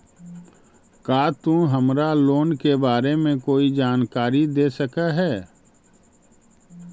का तु हमरा लोन के बारे में कोई जानकारी दे सकऽ हऽ?